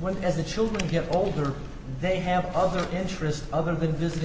when as the children get older they have other interests other than visiting